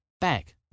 back